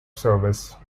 service